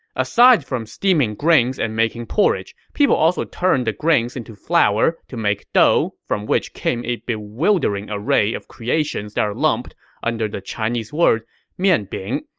aside from steaming grains and making porridge, people also turned the grains into flour to make dough, from which came a bewildering array of creations that are lumped under the chinese word mian bing,